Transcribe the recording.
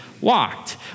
walked